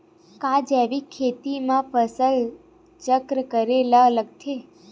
का जैविक खेती म फसल चक्र करे ल लगथे?